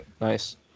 Nice